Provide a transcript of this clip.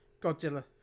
Godzilla